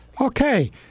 Okay